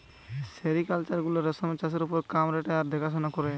sericulture গুলা রেশমের চাষের ওপর কাম করেটে আর দেখাশোনা করেটে